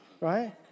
right